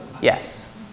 Yes